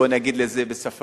בוא נגיד את זה בשפה